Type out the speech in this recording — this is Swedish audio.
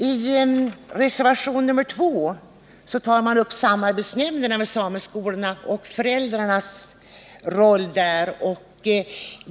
I reservation nr 2 tar man upp samarbetsnämnderna vid sameskolorna och föräldrarnas roll där.